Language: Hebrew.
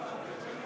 חברי